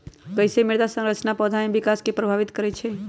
कईसे मृदा संरचना पौधा में विकास के प्रभावित करई छई?